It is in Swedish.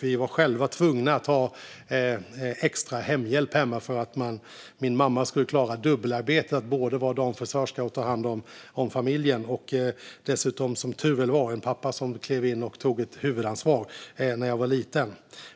Vi var själva tvungna att ha extra hemhjälp för att min mamma skulle klara dubbelarbetet som det innebar att både vara damfrisörska och ta hand om familjen. Som tur var hade jag en pappa som klev in och tog ett huvudansvar när jag var liten.